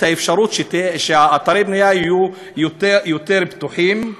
האפשרות שאתרי הבנייה יהיו יותר בטוחים.